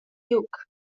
giug